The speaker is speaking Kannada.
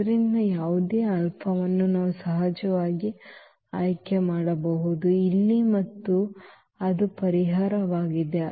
ಆದ್ದರಿಂದ ಯಾವುದೇ ಆಲ್ಫಾವನ್ನು ನಾವು ಸಹಜವಾಗಿ ಆಯ್ಕೆ ಮಾಡಬಹುದು ಇಲ್ಲಿ ಮತ್ತು ಅದು ಪರಿಹಾರವಾಗಿದೆ